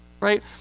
right